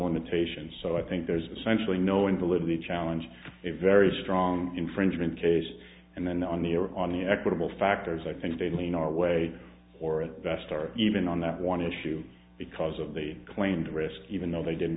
limitations so i think there's essentially no invalidity challenge a very strong infringement case and then on the or on the equitable factors i think they mean our way or at best are even on that one issue because of the claimed risk even though they didn't